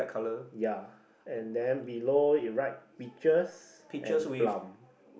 ya and then below in right pictures and plant